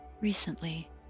recently